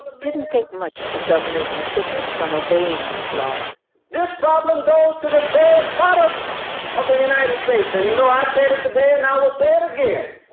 didn't think much of the governor's insistence on obeying these laws this problem goes to the very bottom of the united states. and, you know, i said it today and i will say it again.